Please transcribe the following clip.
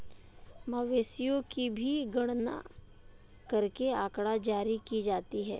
मवेशियों की भी गणना करके आँकड़ा जारी की जाती है